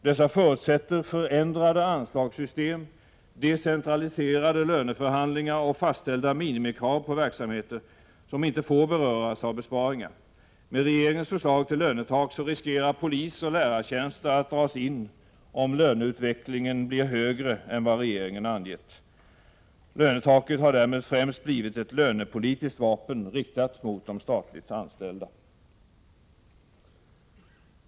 Dessa förutsätter förändrade anslagssystem, decentraliserade löneförhandlingar och fastställda minimikrav på verk samheter, som ej får beröras av besparingar. Med regeringens förslag till lönetak riskerar polisoch lärartjänster att dras in om löneutvecklingen blir högre än vad regeringen angett. Lönetaket har därför främst blivit ett lönepolitiskt vapen riktat mot de statligt anställda.